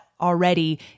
already